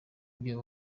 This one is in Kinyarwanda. ibyo